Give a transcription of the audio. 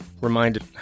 reminded